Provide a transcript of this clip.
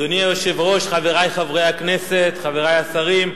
אדוני היושב-ראש, חברי חברי הכנסת, חברי השרים,